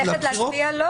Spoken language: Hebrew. ללכת להצביע?